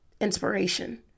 inspiration